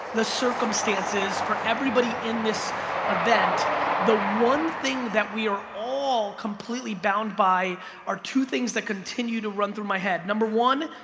the circumstance is for everybody in this event the one thing that we are all completely bound by are two things that continue to run through my head, number one?